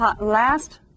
last